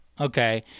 Okay